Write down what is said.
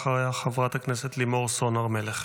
אחריה, חברת הכנסת לימור סון הר מלך.